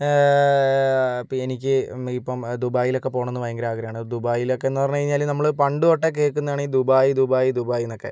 ഇപ്പോൾ എനിക്ക് ഇപ്പം ദുബായിലൊക്കെ പോകണമെന്ന് ഭയങ്കരാഗ്രഹാണ് ദുബായിലൊക്കെന്ന് പറഞ്ഞ് കഴിഞ്ഞാല് നമ്മള് പണ്ട് തൊട്ടേ കേൾക്കുന്നതാണ് ഈ ദുബായ് ദുബായ് ദുബായ്ന്നൊക്കെ